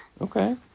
Okay